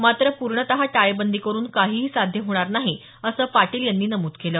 मात्र पूर्णतः टाळेबंदी करून काहीही साध्य होणार नाही असं पाटील यांनी नमूद केलं